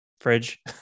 fridge